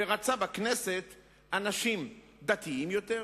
ורצה בכנסת אנשים דתיים יותר,